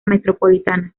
metropolitana